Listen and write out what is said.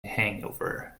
hangover